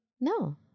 No